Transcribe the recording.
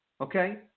Okay